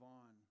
on